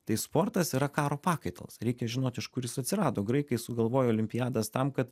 tai sportas yra karo pakaitalas reikia žinot iš kur jis atsirado graikai sugalvojo olimpiadas tam kad